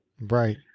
Right